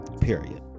Period